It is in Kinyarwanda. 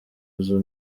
izo